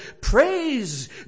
Praise